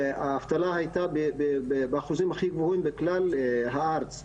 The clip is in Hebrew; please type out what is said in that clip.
שהאבטלה הייתה באחוזים הכי גבוהים בכלל הארץ,